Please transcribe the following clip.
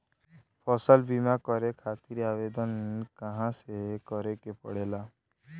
फसल बीमा करे खातिर आवेदन कहाँसे करे के पड़ेला?